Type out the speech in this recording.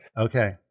Okay